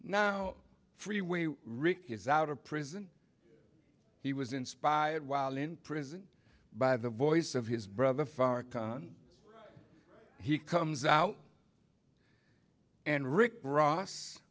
now freeway rick is out of prison he was inspired while in prison by the voice of his brother farrakhan he comes out and rick ross